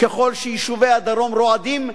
ככל שיישובי הדרום רועדים,